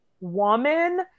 woman